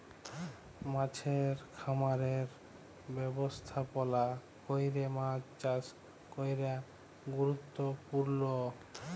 মাছের খামারের ব্যবস্থাপলা ক্যরে মাছ চাষ ক্যরা গুরুত্তপুর্ল